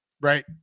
Right